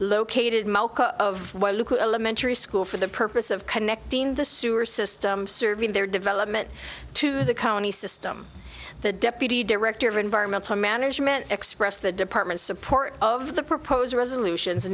of school for the purpose of connecting the sewer system serving their development to the county system the deputy director environmental management expressed the department's support of the proposed resolutions